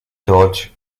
and